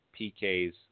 PKs